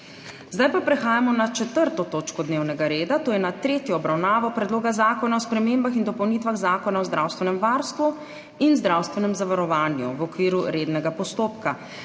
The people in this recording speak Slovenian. s prekinjeno 4. točko dnevnega reda - tretja obravnava Predloga zakona o spremembah in dopolnitvah Zakona o zdravstvenem varstvu in zdravstvenem zavarovanju, v okviru rednega postopka**.